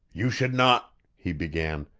you should not he began.